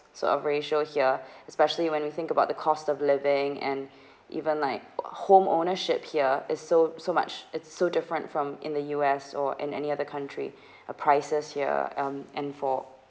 sort of ratio here especially when we think about the cost of living and even like home ownership here is so so much it's so different from in the U_S or in any other country a prices here um and for